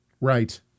right